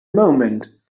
moment